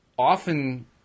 often